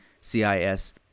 CIS